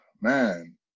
man